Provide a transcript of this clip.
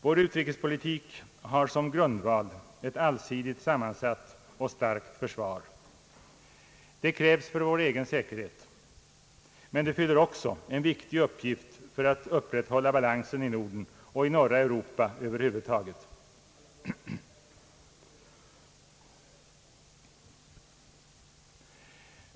Vår utrikespolitik har som grundval ett allsidigt sammansatt och starkt försvar. Det krävs för vår egen säkerhet, men det fyller också en viktig uppgift för att upprätthålla balansen i Norden och i norra Europa över huvud taget.